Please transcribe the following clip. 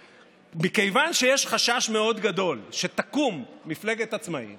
מכיוון שיש חשש מאוד גדול שתקום מפלגת עצמאים